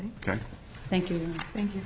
ok thank you thank you